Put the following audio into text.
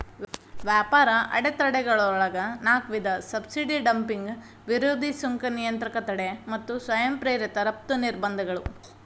ವ್ಯಾಪಾರ ಅಡೆತಡೆಗಳೊಳಗ ನಾಕ್ ವಿಧ ಸಬ್ಸಿಡಿ ಡಂಪಿಂಗ್ ವಿರೋಧಿ ಸುಂಕ ನಿಯಂತ್ರಕ ತಡೆ ಮತ್ತ ಸ್ವಯಂ ಪ್ರೇರಿತ ರಫ್ತು ನಿರ್ಬಂಧಗಳು